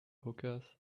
hookahs